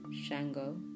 shango